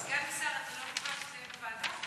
סגן השר, אתה לא מוכן שזה יהיה בוועדה?